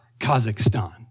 Kazakhstan